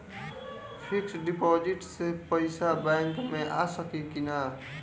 Fix deposit से पैसा bank मे आ सकी कि ना?